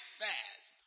fast